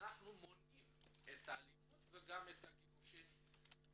ואנחנו מונעים את האלימות וגם את הגירושים,